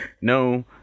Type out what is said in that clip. no